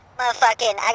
motherfucking